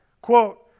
Quote